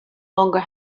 longer